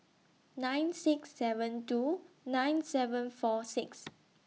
nine six seven two nine seven four six